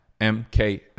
MKF